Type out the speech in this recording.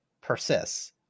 persists